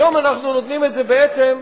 היום אנחנו נותנים את זה בעצם,